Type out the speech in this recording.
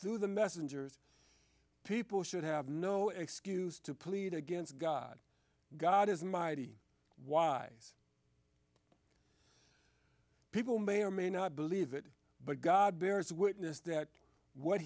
the messengers people should have no excuse to plead against god god is mighty wise people may or may not believe it but god bears witness that what